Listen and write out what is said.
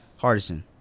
Hardison